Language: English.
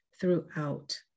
throughout